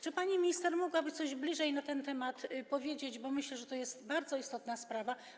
Czy pani minister mogłaby coś bliżej na ten temat powiedzieć, bo myślę, że to jest bardzo istotna sprawa?